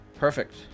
Perfect